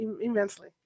immensely